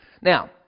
Now